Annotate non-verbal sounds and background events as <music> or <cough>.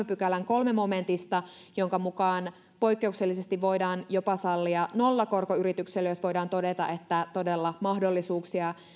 <unintelligible> pykälän kolmannesta momentista jonka mukaan poikkeuksellisesti voidaan jopa sallia nollakorko yritykselle jos voidaan todeta että todella mahdollisuuksia